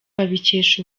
babikesha